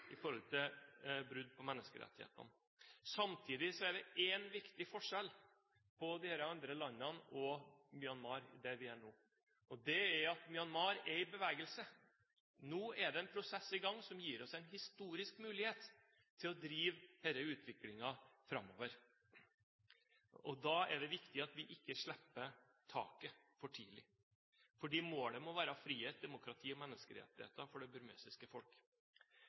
brudd på menneskerettighetene. Samtidig er det én viktig forskjell på de andre landene og Myanmar, der vi er nå, og det er at Myanmar er i bevegelse. Nå er det en prosess i gang som gir oss en historisk mulighet til å drive denne utviklingen framover. Da er det viktig at vi ikke slipper taket for tidlig, for målet må være frihet, demokrati og menneskerettigheter for det burmesiske folk.